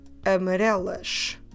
AMARELAS